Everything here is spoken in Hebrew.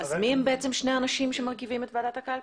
--- אז מי הם שני האנשים שמרכיבים את ועדת הקלפי?